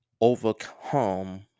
overcome